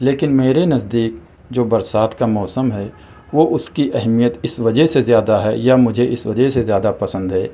لیکن میرے نزدیک جو برسات کا موسم ہے وہ اُس کی اہمیت اِس وجہ سے زیادہ ہے یا مجھے اِس وجہ سے زیادہ پسند ہے